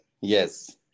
Yes